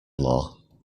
law